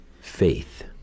faith